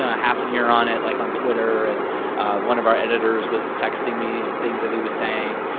ah half an ear on it, like, on twitter. and one of our editors was texting me things that he was saying.